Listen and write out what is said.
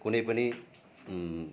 कुनै पनि